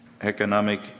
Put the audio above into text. economic